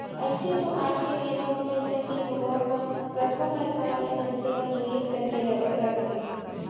अइसे तो आज के बेरा म पइसा के होवब म कतको परकार ले मनसे ह निवेस करके रखथे